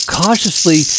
cautiously